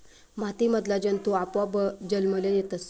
माती मधला जंतु आपोआप जन्मले येतस